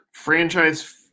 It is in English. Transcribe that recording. Franchise